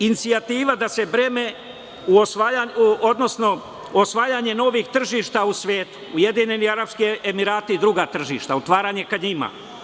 Inicijativa da se breme, odnosno osvajanje novih tržišta u svetu Ujedinjeni Arapski Emirati i druga tržišta, otvaranje ka njima.